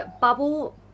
bubble